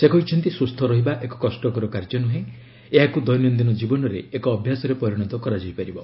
ସେ କହିଛନ୍ତି ସୁସ୍ଥ ରହିବା ଏକ କଷ୍ଟକର କାର୍ଯ୍ୟ ନୁହେଁ ଏହାକୁ ଦୈନନ୍ଦିନ ଜୀବନରେ ଏକ ଅଭ୍ୟାସରେ ପରିଣତ କରାଯାଇପାରିବ